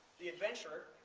the adventure.